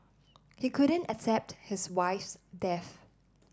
he couldn't accept his wife's death